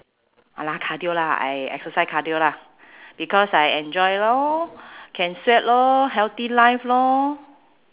ah lah cardio lah I exercise cardio lah because I enjoy lor can sweat lor healthy life lor